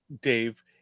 dave